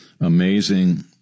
amazing